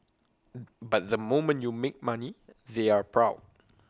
but the moment you make money they're proud